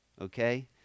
Okay